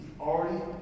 already